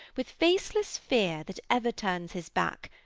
with faceless fear that ever turns his back,